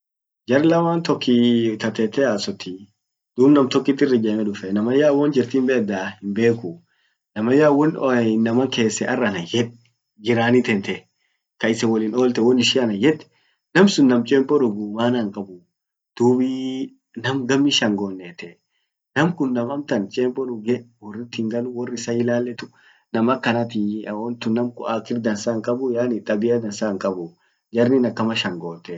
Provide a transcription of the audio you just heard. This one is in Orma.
Jar lamman tok tatete hasotii. Dub nam tokkit irr ijemee dufee, namanyaa won jirt himbedaa? himbekuu namanyaa won tainnaman kessen arr ananyed, jirani tente